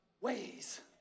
ways